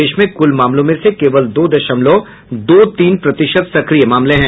देश में कुल मामलों में से केवल दो दशमलव दो तीन प्रतिशत सक्रिय मामले हैं